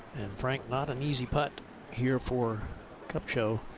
frank, not an easy putt here for kupcho.